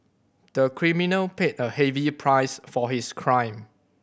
the criminal paid a heavy price for his crime